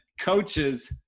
Coaches